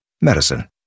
Medicine